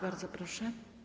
Bardzo proszę.